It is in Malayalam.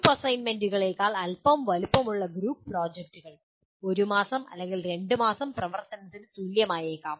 ഗ്രൂപ്പ് അസൈൻമെന്റുകളേക്കാൾ അല്പം വലുപ്പമുള്ള ഗ്രൂപ്പ് പ്രോജക്റ്റുകൾ ഒരു മാസം അല്ലെങ്കിൽ രണ്ട് മാസം പ്രവർത്തനത്തിന് തുല്യമായേക്കാം